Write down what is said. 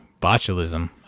botulism